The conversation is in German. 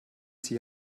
sich